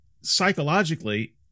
psychologically